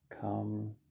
come